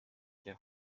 quer